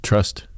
Trust